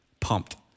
Pumped